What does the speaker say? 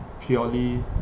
purely